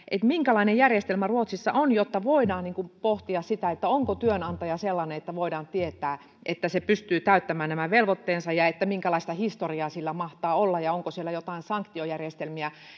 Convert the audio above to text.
minkälainen järjestelmä ruotsissa on jotta voidaan pohtia sitä onko työnantaja sellainen että voidaan tietää että se pystyy täyttämään nämä velvoitteensa ja minkälaista historiaa sillä mahtaa olla ja onko siellä jotain sanktiojärjestelmiä